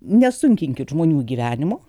nesunkinkit žmonių gyvenimo